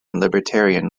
libertarian